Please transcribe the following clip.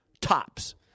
tops